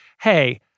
hey